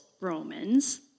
Romans